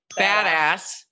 Badass